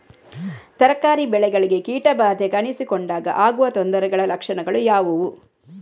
ತರಕಾರಿ ಬೆಳೆಗಳಿಗೆ ಕೀಟ ಬಾಧೆ ಕಾಣಿಸಿಕೊಂಡಾಗ ಆಗುವ ತೊಂದರೆಗಳ ಲಕ್ಷಣಗಳು ಯಾವುವು?